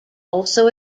also